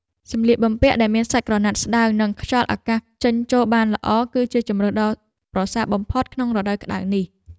សម្លៀកបំពាក់ដែលមានសាច់ក្រណាត់ស្តើងនិងខ្យល់អាកាសចេញចូលបានល្អ គឺជាជម្រើសដ៏ប្រសើរបំផុតក្នុងរដូវក្តៅនេះ។